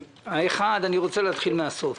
האחד, אני רוצה להתחיל מהסוף.